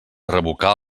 revocar